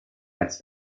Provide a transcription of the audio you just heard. als